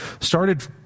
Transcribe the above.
started